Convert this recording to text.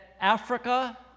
Africa